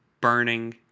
burning